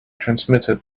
transmitted